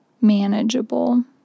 manageable